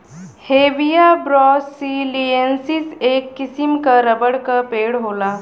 Hevea ब्रासिलिएन्सिस, एक किसिम क रबर क पेड़ होला